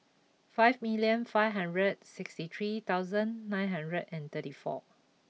five million five hundred sixty three thousand nine hundred and thirty four